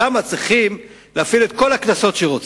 שם צריכים להפעיל את כל הקנסות שרוצים.